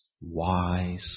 wise